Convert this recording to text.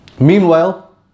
Meanwhile